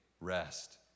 rest